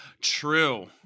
True